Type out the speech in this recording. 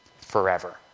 forever